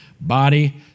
Body